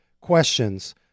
questions